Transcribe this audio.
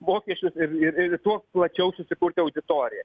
mokesčius ir ir ir tuos plačiau susikurti auditoriją